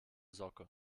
socke